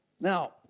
Now